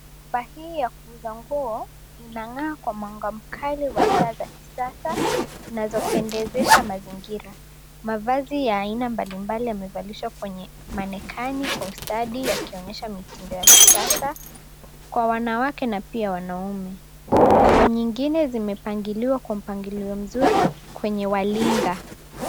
Paa hii ya kuuza nguo inangaa kwa mwanga mkali wa taa za kisasa zinazopendezesha mazingira. Mavazi ya aina mbalimbali yamevalishwa kwenye manekani kwa ustadi yakionyesha mitindo ya kisasa, kwa wanawake na pia wanaume. Nguo nyingine zimepangiliwa kwenye mpangilio mzuri kwenye walinga.